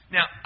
Now